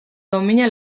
domina